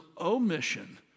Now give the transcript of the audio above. omission